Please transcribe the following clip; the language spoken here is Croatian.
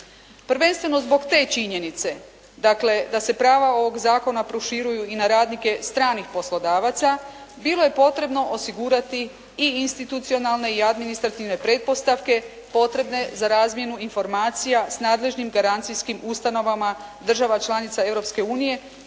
Prvenstveno zbog te činjenice dakle da se prava ovog zakona proširuju i na radnike stranih poslodavaca. Bilo je potrebno osigurati i institucionalne i administrativne pretpostavke potrebne za razmjenu informacija s nadležnim garancijskim ustanovama država članica